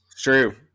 True